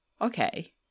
Okay